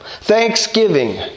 Thanksgiving